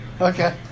Okay